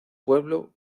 pueblo